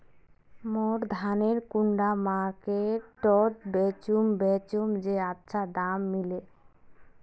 मोर धानेर कुंडा मार्केट त बेचुम बेचुम जे अच्छा दाम मिले?